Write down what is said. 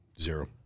Zero